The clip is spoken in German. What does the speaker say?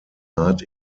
art